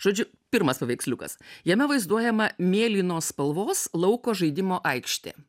žodžiu pirmas paveiksliukas jame vaizduojama mėlynos spalvos lauko žaidimo aikštė